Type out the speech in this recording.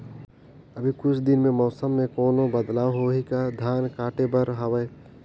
अभी कुछ दिन मे मौसम मे कोनो बदलाव होही का? धान काटे बर हवय?